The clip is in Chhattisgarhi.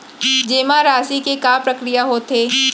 जेमा राशि के का प्रक्रिया होथे?